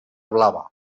blava